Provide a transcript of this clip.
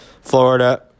Florida